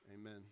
Amen